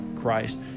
Christ